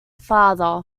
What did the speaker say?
father